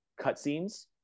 cutscenes